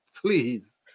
please